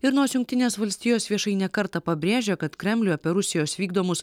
ir nors jungtinės valstijos viešai ne kartą pabrėžė kad kremliui apie rusijos vykdomus